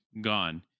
gone